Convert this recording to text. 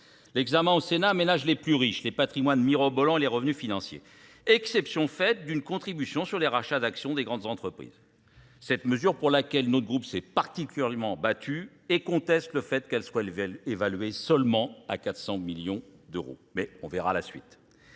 L'examen au Sénat aménage les plus riches, les patrimoines mirobolants et les revenus financiers. Exception faite d'une contribution sur les rachats d'actions des grandes entreprises. Cette mesure pour laquelle notre groupe s'est particulièrement battu et conteste le fait qu'elle soit évaluée seulement à 400 millions d'euros. Mais on verra la suite.